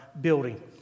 building